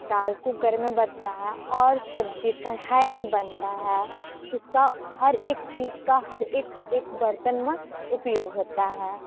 दाल cooker में बनता है और सब्ज़ी कढ़ाई में बनता है इसका हर एक चीज़ का हर एक एक बर्तन में उपयोग होता है